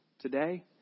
today